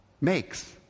makes